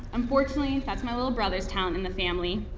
unfortunately, that's my little brother's talent in the family.